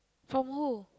from who